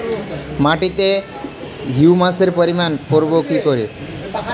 মাটিতে হিউমাসের পরিমাণ বারবো কি করে?